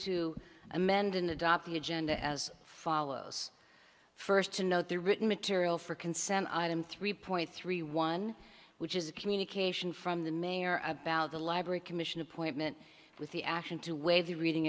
to amend and adopt the agenda as follows first to note the written material for concern item three point three one which is a communication from the mayor about the library commission appointment with the action to waive the reading